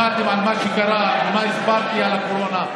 לא שמעתם על מה שקרה ומה שהסברתי על הקורונה,